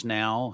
now